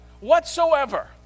whatsoever